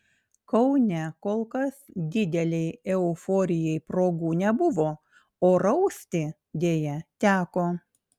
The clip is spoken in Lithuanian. kaune kol kas didelei euforijai progų nebuvo o rausti deja teko